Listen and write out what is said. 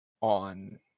on